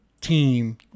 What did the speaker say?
team